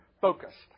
focused